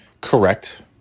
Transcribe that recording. Correct